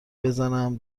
بزنم